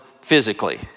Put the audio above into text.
physically